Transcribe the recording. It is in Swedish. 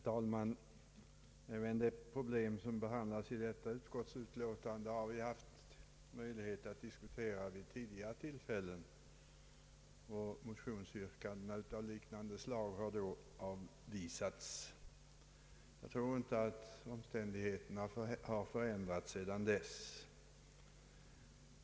Herr talman! Det problem som behandlas i detta utskottsutlåtande har vi haft möjlighet att diskutera vid tidigare tillfällen. Motionsyrkanden av liknande slag har då avvisats. Jag tror inte att omständigheterna har förändrats sedan dess.